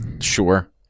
Sure